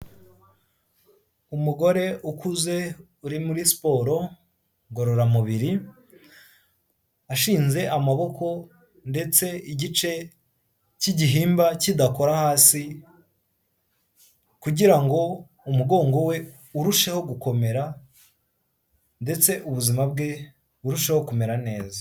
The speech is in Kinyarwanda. Umugore ukuze uri muri siporo, ngororamubiri, ashinze amaboko, ndetse igice cy'igihimba kidakora hasi, kugira ngo umugongo we urusheho gukomera, ndetse ubuzima bwe burusheho kumera neza.